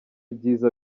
ibyiza